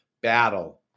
battle